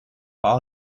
all